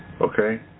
Okay